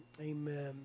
amen